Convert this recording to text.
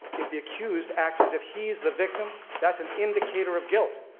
if the accused acts as if he's the victim, that's an indicator of guilt.